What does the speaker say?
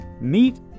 meet